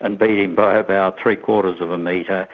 and beat him by about three quarters of a metre,